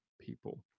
people